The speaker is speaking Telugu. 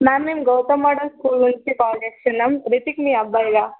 మ్యామ్ మేము గోపా మోడల్ స్కూల్ నుంచి కాల్ చేస్తున్నాం రితిక్ మీ అబ్బాయా